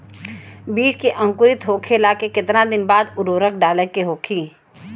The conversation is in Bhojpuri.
बिज के अंकुरित होखेला के कितना दिन बाद उर्वरक डाले के होखि?